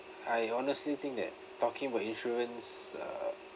I honestly think that talking about insurance uh